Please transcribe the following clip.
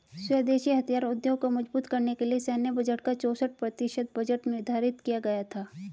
स्वदेशी हथियार उद्योग को मजबूत करने के लिए सैन्य बजट का चौसठ प्रतिशत बजट निर्धारित किया गया था